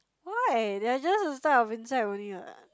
why they are just a type of insect only [what]